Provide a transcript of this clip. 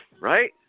right